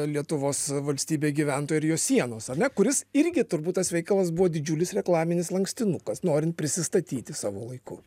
lietuvos valstybė gyventojai ir jos sienos ar ne kuris irgi turbūt tas veikalas buvo didžiulis reklaminis lankstinukas norint prisistatyti savo laiku